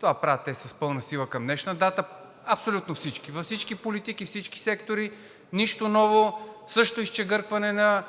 това правят те с пълна сила към днешна дата абсолютно всички – във всички политики, всички сектори, нищо ново. Същото изчегъртване на